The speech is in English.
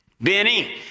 Benny